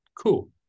Cool